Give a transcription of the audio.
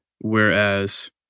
Whereas